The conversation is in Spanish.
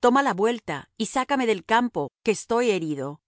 toma la vuelta y sácame del campo que estoy herido